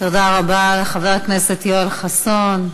תודה רבה לחבר הכנסת יואל חסון.